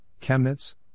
Chemnitz